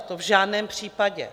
To v žádném případě.